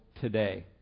today